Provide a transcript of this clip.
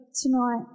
tonight